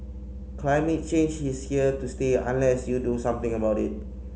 climate change is here to stay unless you do something about it